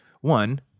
One